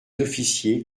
officiers